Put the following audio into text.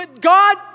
God